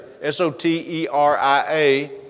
s-o-t-e-r-i-a